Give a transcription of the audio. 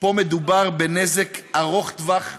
פה מדובר בנזק ארוך טווח ומתמשך,